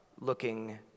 looking